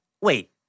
Wait